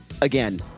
again—